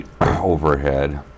Overhead